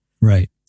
right